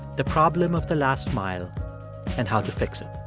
the problem of the last mile and how to fix it